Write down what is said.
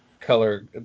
color